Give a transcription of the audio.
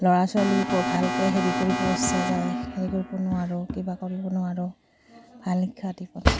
ল'ৰা ছোৱালীকো ভালকৈ হেৰি কৰিব ইচ্ছা যায় হেৰি কৰিব নোৱাৰোঁ কিবা কৰিব নোৱাৰোঁ ভাল